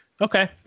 Okay